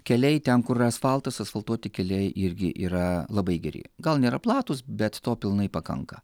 keliai ten kur yra asfaltas asfaltuoti keliai irgi yra labai geri gal nėra platūs bet to pilnai pakanka